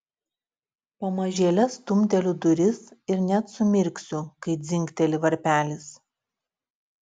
pamažėle stumteliu duris ir net sumirksiu kai dzingteli varpelis